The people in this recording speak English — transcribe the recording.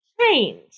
change